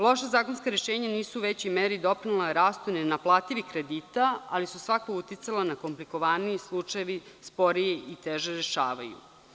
Loša zakonska rešenja nisu u većoj meri doprinela rastu nenaplativih kredita, ali su svakako uticala da se komplikovaniji slučajevi sporije i teže rešavaju.